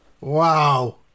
Wow